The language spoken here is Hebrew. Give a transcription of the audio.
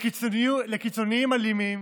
לקיצוניים אלימים